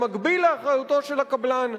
במקביל לאחריותו של הקבלן.